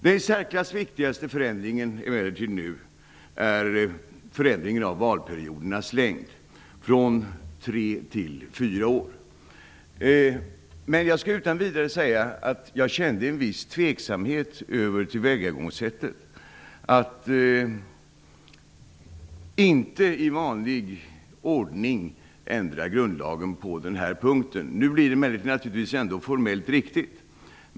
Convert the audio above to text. Den i särklass nu viktigaste förändringen är förändringen av valperiodernas längd från tre till fyra år. Men jag skall utan vidare säga att jag känner en viss tveksamhet över tillvägagångssättet att inte i vanlig ordning ändra grundlagen på den punkten. Nu blir det ändå formellt riktigt.